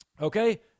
Okay